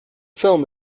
film